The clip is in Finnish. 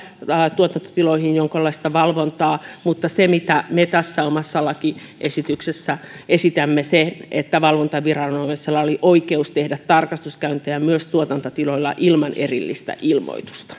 tuotantotiloihin jonkinlaista valvontaa mutta se mitä me tässä omassa lakiesityksessä esitämme on se että valvontaviranomaisella olisi oikeus tehdä tarkastuskäyntejä myös tuotantotiloilla ilman erillistä ilmoitusta